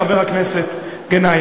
חבר הכנסת גנאים,